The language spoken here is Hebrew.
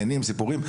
סיפורים,